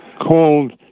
called